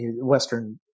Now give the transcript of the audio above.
Western